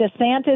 DeSantis